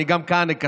גם כאן אני אקצר.